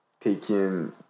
taking